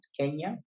kenya